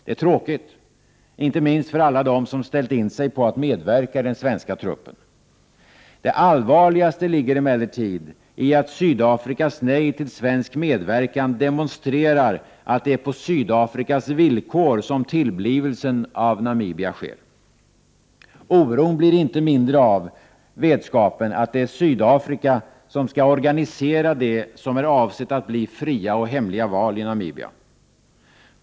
Det är tråkigt, inte minst för alla dem som ställt in sig på att medverka i den svenska truppen. Det allvarligaste ligger emellertid i att Sydafrikas nej till svensk medverkan demonstrerar att det är på Sydafrikas villkor som tillblivelsen av Namibia sker. Oron blir inte mindre av vetskapen om att det är Sydafrika som skall organisera det som är avsett att bli fria och hemliga val i Namibia.